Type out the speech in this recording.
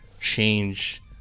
change